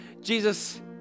Jesus